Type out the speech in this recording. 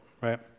right